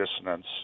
dissonance